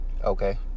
Okay